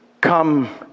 Come